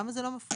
למה זה לא טוב?